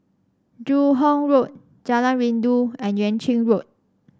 Joo Hong Road Jalan Rindu and Yuan Ching Road